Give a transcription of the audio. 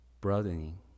broadening